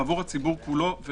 ועבור הציבור כולו,